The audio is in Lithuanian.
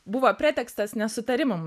buvo pretekstas nesutarimam